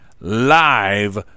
live